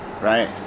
Right